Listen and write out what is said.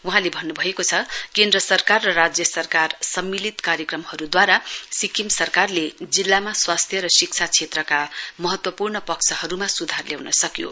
वहाँले भन्नुभएको केन्द्र सरकार र राज्य सरकार सम्मिलित कार्यक्रमहरूद्वारा सिक्किम सरकारले जिल्लामा स्वास्थ्य र शिक्षा क्षेत्रका महत्वपूर्ण पक्षहरूमा सुधार ल्याउन सक्यो